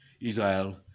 Israel